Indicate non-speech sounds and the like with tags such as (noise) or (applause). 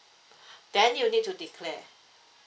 (breath) then you need to declare